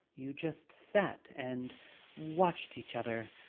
you just sat and watched each other,